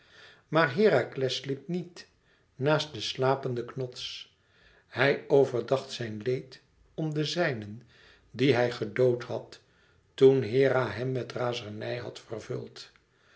maar herakles sliep niet naast den slapenden knots hij overdacht zijn leed om de zijnen die hij gedood had toen hera hem met razernij had vervuld